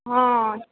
हँ